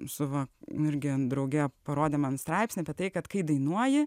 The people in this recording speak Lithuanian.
savo irgi drauge parodė man straipsnį apie tai kad kai dainuoji